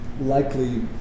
Likely